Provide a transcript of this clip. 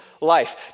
life